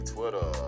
Twitter